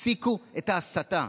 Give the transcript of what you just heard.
תפסיקו את ההסתה.